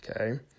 Okay